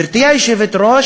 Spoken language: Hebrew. גברתי היושבת-ראש,